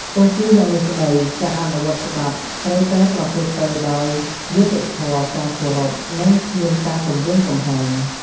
ទោះជាយ៉ាងនេះក្ដី ការអនុវត្តច្បាប់ត្រូវតែប្រព្រឹត្តទៅដោយ យុត្តិធម៌ ការគោរព និង គ្មានការគំរាមកំហែង។